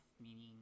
meaning